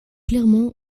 clairement